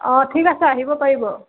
অঁ ঠিক আছে আহিব পাৰিব